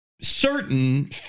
certain